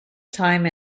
time